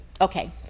Okay